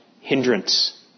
hindrance